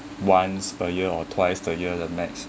once per year or twice a year the max~